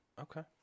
Okay